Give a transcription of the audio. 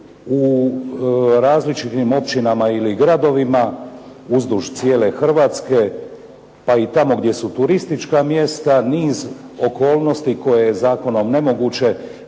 u različitim općinama ili gradovima uzduž cijele Hrvatske pa i tamo gdje su turistička mjesta, niz okolnosti koje je zakonom nemoguće